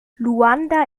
luanda